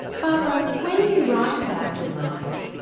barbara when you write about your life,